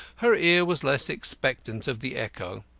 her ear was less expectant of the echo.